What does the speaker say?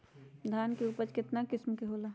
धान के उपज केतना किस्म के होला?